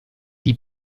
die